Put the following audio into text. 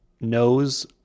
knows